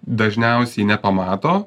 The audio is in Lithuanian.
dažniausiai nepamato